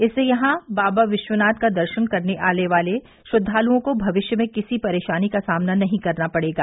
इससे यहां बाबा विश्वनाथ का दर्शन करने आने वाले श्रद्वालुओं को भविष्य में किसी भी परेशानी का सामना नहीं करना पड़ेगा